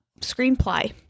Screenplay